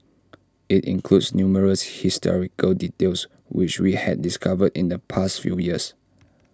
IT includes numerous historical details which we had discovered in the past few years